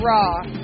Raw